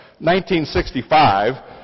1965